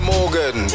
Morgan